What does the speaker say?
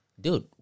dude